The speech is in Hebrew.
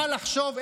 מה לחשוב,